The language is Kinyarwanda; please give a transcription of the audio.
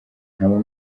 nkaba